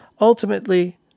Ultimately